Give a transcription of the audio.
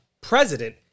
president